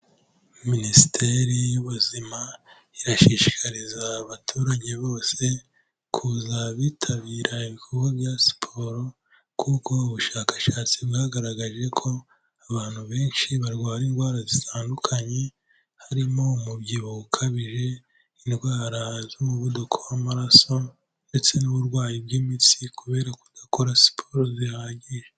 Minisiteri y'ubuzima irashishikariza abaturage bose kuza bitabira ibikorwa bya siporo, kuko ubushakashatsi bwagaragaje ko abantu benshi barwaye indwara zitandukanye, harimo umubyibuho ukabije, indwara z'umuvuduko w'amaraso ndetse n'uburwayi bw'imitsi, kubera kudakora siporo zihagije.